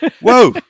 Whoa